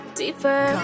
deeper